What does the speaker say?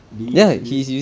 did he actually